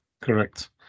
Correct